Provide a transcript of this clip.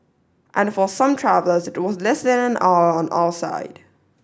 and for some travellers it was less than an hour on our side